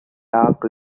dark